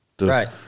Right